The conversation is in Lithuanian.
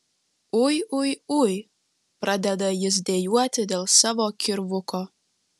ui ui ui pradeda jis dejuoti dėl savo kirvuko